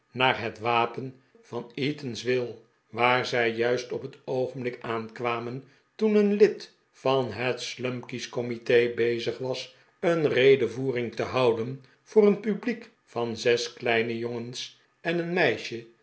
naar het wapen van eatanswill waar zij juist op het oogehblik aankwamen toen een lid van het slumkey's comite bezig was een redevoering te houden voor een publiek van zes kleine jongens en een meisje